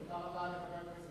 תודה רבה לחבר הכנסת